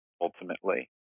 ultimately